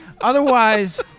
Otherwise